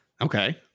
okay